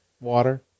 Water